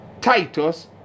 Titus